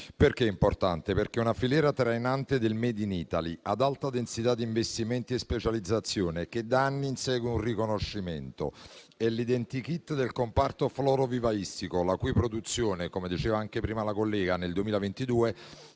senso. È importante perché è una filiera trainante del *made in Italy* ad alta densità di investimenti e specializzazione, che da anni insegue un riconoscimento. È l'*identikit* del comparto florovivaistico, la cui produzione, come diceva anche prima la collega, nel 2022